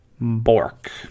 bork